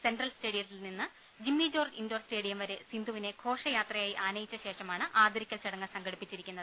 central സ്റ്റേഡിയത്തിൽ നിന്ന് Jimmy George indoor stadium വരെ സിന്ധുവിനെ ഘോഷയാത്രയായി ആനയിച്ച ശേഷമാണ് ആദരി ക്കൽ ചടങ്ങ് സംഘടിപ്പിച്ചിരിക്കുന്നത്